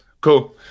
cool